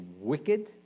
wicked